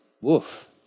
Woof